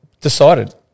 decided